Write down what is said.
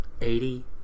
Eighty